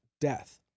death